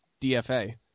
DFA